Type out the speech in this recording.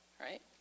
right